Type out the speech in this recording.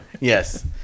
Yes